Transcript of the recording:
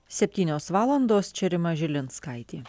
septynios valandos čia rima žilinskaitė